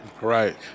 Right